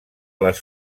les